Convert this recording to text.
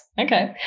Okay